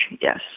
Yes